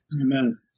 Amen